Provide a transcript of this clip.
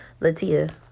Latia